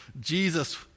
Jesus